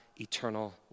eternal